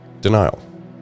denial